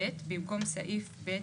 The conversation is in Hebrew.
בדיוק.